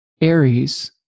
Aries